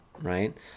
right